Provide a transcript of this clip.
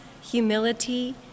humility